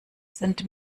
sind